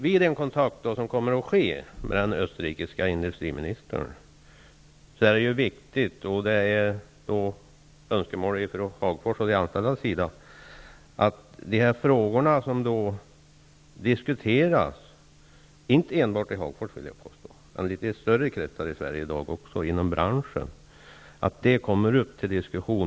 Vid den kontakt som kommer att ske med den österrikiske industriministern är det viktigt, och det är ett önskemål från de anställda i Hagfors, att de frågor som diskuteras inte bara i Hagfors utan också inom vidare kretsar här i Sverige och inom branschen verkligen kommer upp till diskussion.